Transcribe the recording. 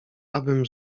abym